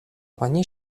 они